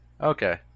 Okay